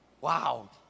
Wow